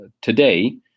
Today